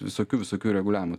visokių visokių reguliavimų